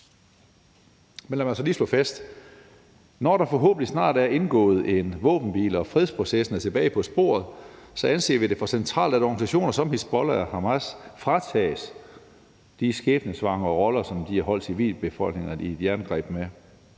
Men lad mig så lige slå fast: Når der forhåbentlig snart er indgået en våbenhvile og fredsprocessen er tilbage på sporet, anser vi det for centralt, at organisationer som Hizbollah og Hamas fratages de skæbnesvangre roller, som de har holdt civilbefolkningerne i et jerngreb med.